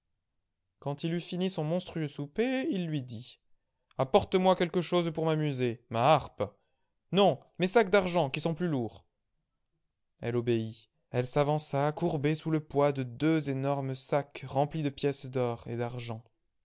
quand il eutfmi son monstrueux souper illui dit apporte-moi quelque chose pour m'amuser ma harpe non mes sacs d'argent qui sont plus lourds elle obéit elle s'avança courbée sous le poids de deux énormes sacs remplis de pièces d'or et d'argent